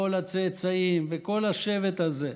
כל הצאצאים וכל השבט הזה,